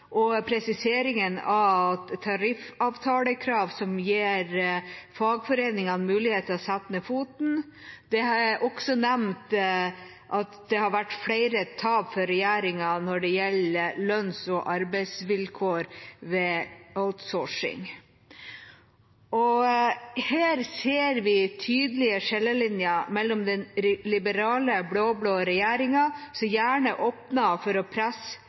og presiseringen av tariffavtalekrav som gir fagforeningene mulighet til å sette ned foten. Det blir også nevnt at det har vært flere tap for regjeringa når det gjelder lønns- og arbeidsvilkår ved outsourcing. Her ser vi tydelig skillelinjene mellom den liberale blå-blå regjeringa, som gjerne åpner for å presse